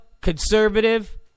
Conservative